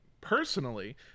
personally